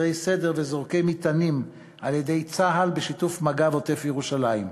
סדר וזורקי מטענים על-ידי צה"ל בשיתוף מג"ב עוטף-ירושלים.